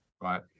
right